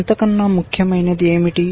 అంతకన్నా ముఖ్యమైనది ఏమిటి